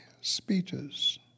speeches